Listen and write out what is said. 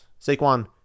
Saquon